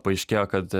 paaiškėjo kad